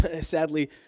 sadly